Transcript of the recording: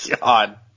God